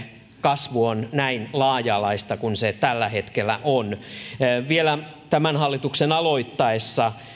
kasvu on näin laaja alaista kuin se tällä hetkellä on vielä tämän hallituksen aloittaessa